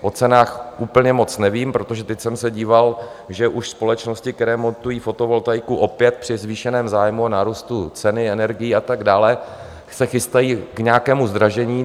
O cenách úplně moc nevím, protože teď jsem se díval, že už společnosti, které montují fotovoltaiku, opět při zvýšeném zájmu a nárůstu cen energií a tak dále, se chystají k nějakému zdražení.